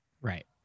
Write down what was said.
right